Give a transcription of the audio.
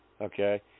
Okay